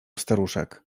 staruszek